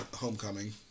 Homecoming